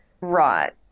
Right